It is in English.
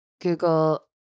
Google